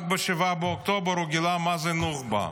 רק ב-7 באוקטובר הוא גילה מה זה נוח'בה.